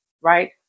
right